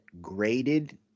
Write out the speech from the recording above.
graded